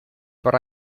but